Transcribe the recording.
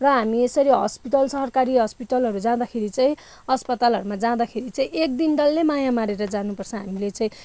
र हामी यसरी हस्पिटल सरकारी हस्पिटलहरू जाँदाखेरि चाहिँ अस्पतालहरूमा जाँदाखेरि चाहिँ एक दिन डल्लै माया मारेर जानुपर्छ हामीले चाहिँ